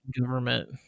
government